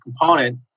component